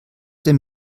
dem